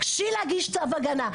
גשי להגיש צו הגנה.